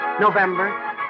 November